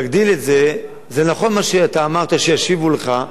להגדיל את זה, נכון מה שאתה אמרת, שישיבו לך,